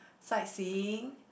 sightseeing